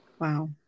Wow